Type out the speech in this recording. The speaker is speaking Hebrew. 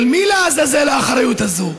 של מי לעזאזל האחריות הזאת?